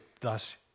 thus